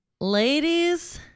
Ladies